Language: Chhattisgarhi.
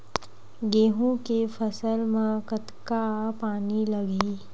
गेहूं के फसल म कतका पानी लगही?